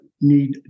need